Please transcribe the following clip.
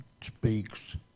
speaks